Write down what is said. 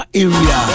area